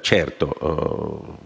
Certo,